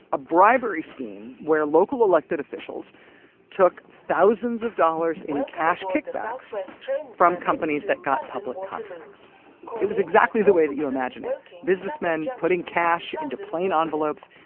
a bribery scheme where local elected officials took thousands of dollars in cash kickbacks from companies that got public contracts it was exactly the way that you imagine it businessmen putting cash into plain ah envelopes.